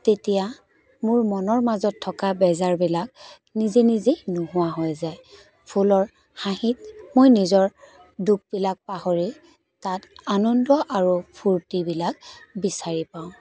তেতিয়া মোৰ মনৰ মাজত থকা বেজাৰবিলাক নিজে নিজে নোহোৱা হৈ যায় ফুলৰ হাঁহিত মই নিজৰ দুখবিলাক পাহৰি তাত আনন্দ আৰু ফুৰ্তিবিলাক বিচাৰি পাওঁ